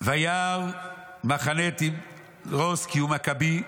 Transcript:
וידע מחנה טימותאוס כי הוא מקבי,